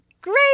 great